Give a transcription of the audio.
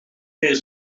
meer